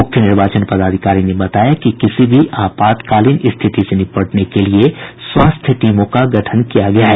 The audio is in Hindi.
मुख्य निर्वाचन पदाधिकारी ने बताया कि किसी भी आपातकालीन स्थिति से निपटने के लिये स्वास्थ्य टीमों का भी गठन किया गया है